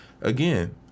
again